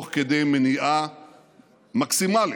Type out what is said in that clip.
תוך כדי מניעה מקסימלית,